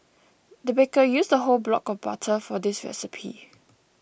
the baker used a whole block of butter for this recipe